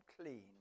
clean